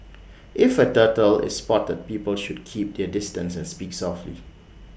if A turtle is spotted people should keep their distance and speak softly